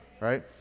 right